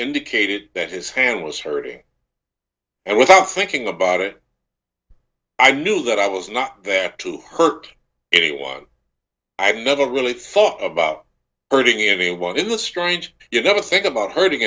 indicated that his hand was hurting and without thinking about it i knew that i was not there to hurt anyone i've never really thought about hurting anyone in the strange you never think about hurting